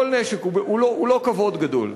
כל נשק הוא לא כבוד גדול.